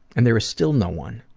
and there is still no one.